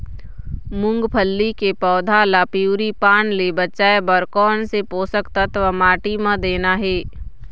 मुंगफली के पौधा ला पिवरी पान ले बचाए बर कोन से पोषक तत्व माटी म देना हे?